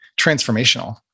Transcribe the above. transformational